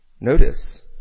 Notice